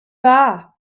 dda